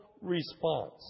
response